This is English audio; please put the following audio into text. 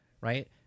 right